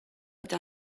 eta